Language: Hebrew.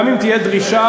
גם אם תהיה דרישה,